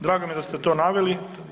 Drago mi je da ste to naveli.